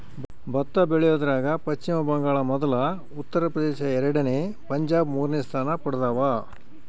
ಭತ್ತ ಬೆಳಿಯೋದ್ರಾಗ ಪಚ್ಚಿಮ ಬಂಗಾಳ ಮೊದಲ ಉತ್ತರ ಪ್ರದೇಶ ಎರಡನೇ ಪಂಜಾಬ್ ಮೂರನೇ ಸ್ಥಾನ ಪಡ್ದವ